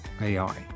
AI